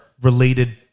related